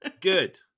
Good